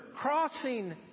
crossing